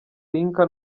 lynca